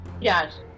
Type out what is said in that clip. Yes